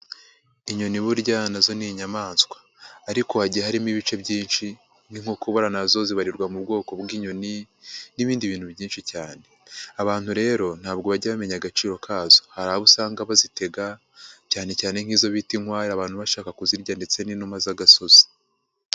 Inyoni burya na zo ni inyamaswa ariko hagiye harimo ibice byinshi n'inkoko buriya na zo zibarirwa mu bwoko bw'inyoni n'ibindi bintu byinshi cyane. Abantu rero ntabwo bajya bamenya agaciro kazo, hari abo usanga bazitega cyane cyane nk'izo bita inkware, abantu bashaka kuzirya ndetse n'inuma z'agasozi.